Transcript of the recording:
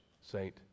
saint